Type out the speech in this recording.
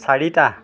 চাৰিটা